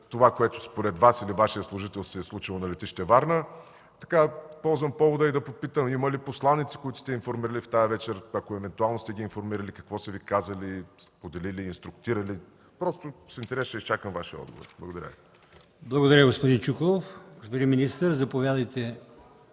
това, което, според Вас или Вашия служител, се е случило на летище Варна? Ползвам повода и да попитам: има ли посланици, които сте информирали през тази вечер, ако евентуално сте ги информирали, какво са Ви казали, споделили, инструктирали... С интерес ще изчакам Вашия отговор. Благодаря Ви. ПРЕДСЕДАТЕЛ АЛИОСМАН ИМАМОВ: Благодаря, господин Чуколов. Господин министър, заповядайте.